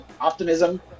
optimism